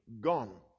gone